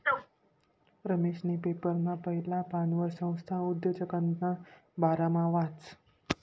रमेशनी पेपरना पहिला पानवर संस्था उद्योजकताना बारामा वाचं